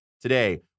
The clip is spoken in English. today